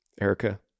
Erica